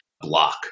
block